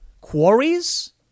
Quarries